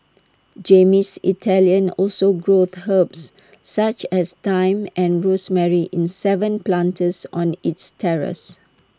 Jamie's Italian also grows herbs such as thyme and rosemary in Seven planters on its terrace